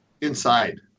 Inside